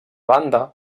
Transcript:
banda